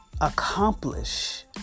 accomplish